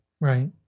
Right